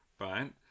right